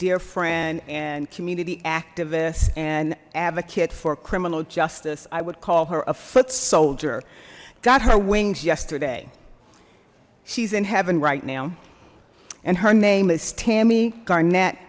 dear friend and community activist and advocate for criminal justice i would call her a foot soldier got her wings yesterday she's in heaven right now and her name is tammy garnet